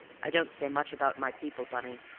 i don't say much about my people, bunny,